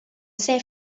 ser